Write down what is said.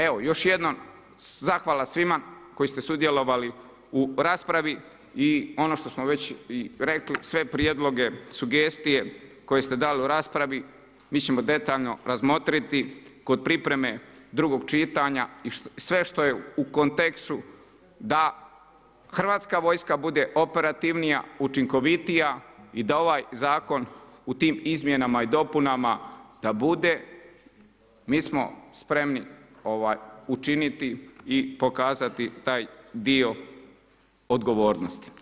Evo još jednom zahvala svima koji ste sudjelovali u raspravi i ono što smo već i rekli, sve prijedloge, sugestije koje ste dali u raspravi mi ćemo detaljno razmotriti kod pripreme drugog čitanja i sve što je u kontekstu da Hrvatska vojska bude operativnija, učinkovitija i da ovaj zakon u tim izmjenama i dopunama da bude mi smo spremni učiniti i pokazati taj dio odgovornosti.